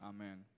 Amen